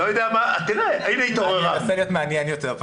אני פשוט לא יודעת אם -- היה קטע שנרדמת,